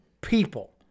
people